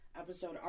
Episode